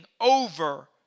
over